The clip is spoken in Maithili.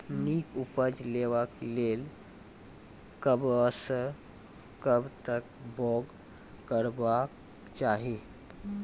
नीक उपज लेवाक लेल कबसअ कब तक बौग करबाक चाही?